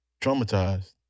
traumatized